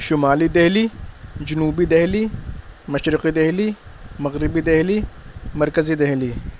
شمالی دہلی جنوبی دہلی مشرقی دہلی مغربی دہلی مرکزی دہلی